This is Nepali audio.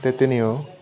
त्यति नै हो